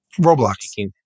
Roblox